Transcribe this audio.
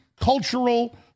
cultural